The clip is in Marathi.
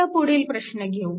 आता पुढील प्रश्न घेऊ